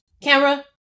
camera